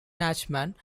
nachman